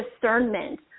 discernment